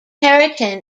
keratin